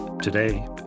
Today